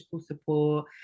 support